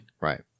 Right